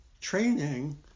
training